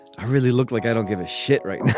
i really looked like i don't give a shit right